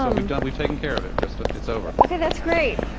um we've done, we've taken care of it, krista. it's over ok, that's great